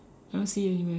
I don't see it anywhere